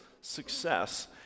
success